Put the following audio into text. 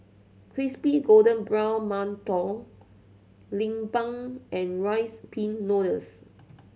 crispy golden brown mantou lemang and Rice Pin Noodles